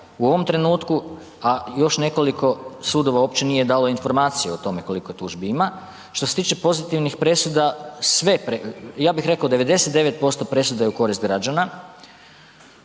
u ovom trenutku, a još nekoliko sudova uopće nije dalo informaciju o tome koliko tužbi ima. Što se tiče pozitivnih presuda, sve, ja bih reko 99% presuda je u korist građana.